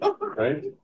right